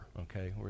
okay